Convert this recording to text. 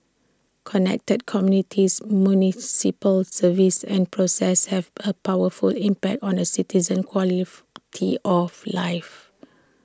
connected communities municipal services and processes have A powerful impact on A citizen's tea of life